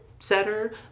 setter